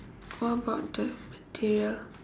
what about the interior